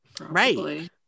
Right